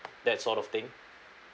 that sort of thing